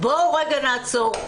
בואו רגע נעצור,